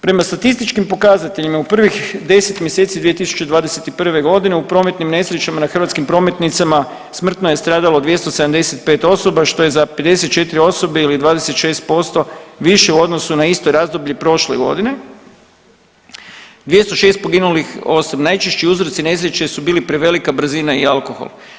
Prema statističkim pokazateljima u prvih 10 mjeseci 2021.g. u prometnim nesrećama na hrvatskim prometnicama smrtno je stradalo 275 osoba što je za 54 osobe ili 26% više u odnosu na isto razdoblje prošle godine, 206 poginulih osoba najčešći uzroci nesreće su bili prevelika brzina i alkohol.